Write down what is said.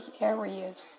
areas